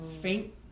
faint